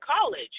college